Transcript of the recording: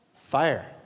Fire